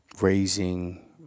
raising